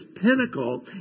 pinnacle